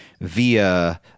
via